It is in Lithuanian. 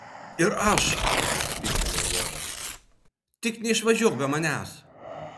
ir aš spygtelėjo goda tik neišvažiuok be manęs